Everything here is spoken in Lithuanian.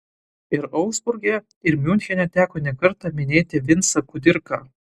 ir augsburge ir miunchene teko nekartą minėti vincą kudirką